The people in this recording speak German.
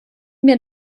mir